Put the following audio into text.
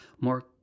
more